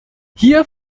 hier